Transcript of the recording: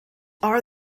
are